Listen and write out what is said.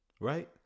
right